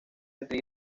entre